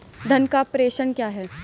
धन का प्रेषण क्या है?